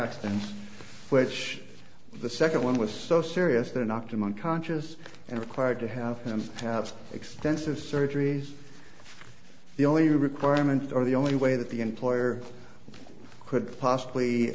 accidents which the second one was so serious that knocked him unconscious and required to have him have extensive surgeries the only requirement or the only way that the employer could possibly